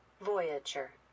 Voyager